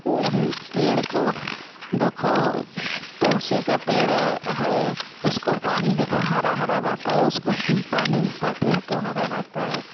पेड़ को देखो तुलसी का पेड़ है उसको पान देखो हरा हरा रहता है उसको पानी पाते हैं तो हरा रहता है